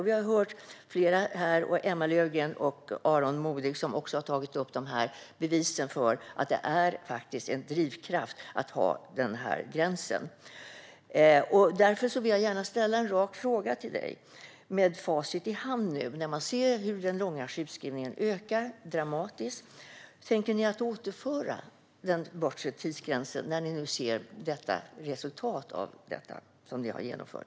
Vi har hört flera här, Emma Carlsson Löfdahl och Aron Modig, som också har tagit upp bevisen för att det är en drivkraft att ha gränsen. Jag vill därför ställa en rak fråga till dig. Med facit i hand, när man ser hur den långa sjukskrivningen ökar dramatiskt, tänker ni återinföra den bortre tidsgränsen när ni nu ser resultatet av det ni har genomfört?